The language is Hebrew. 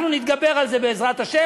אנחנו נתגבר על זה, בעזרת השם.